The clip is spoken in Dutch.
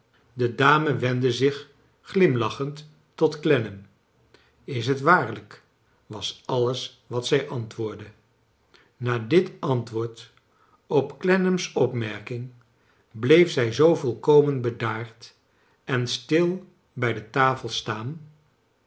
de dame wendde zich glimlachend tot clennam is t waarlijk was alles wat zij antwoordde na dit antwoord op clennam's op i merking bleef zij zoo volkomen bedaard en stil bij de tafel staan